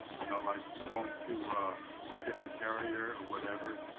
you know, like going to a different carrier or whatever.